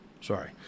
Sorry